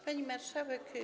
Pani Marszałek!